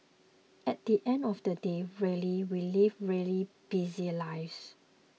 at the end of the day really we live really busy lives